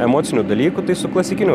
emocinių dalykų tai su klasikiniu